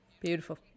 Beautiful